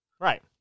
Right